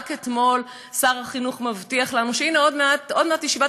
רק אתמול שר החינוך מבטיח לנו שהנה עוד מעט הוא מעביר בישיבת